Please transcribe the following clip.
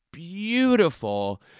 beautiful